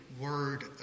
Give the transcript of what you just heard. Word